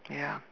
ya